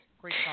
Great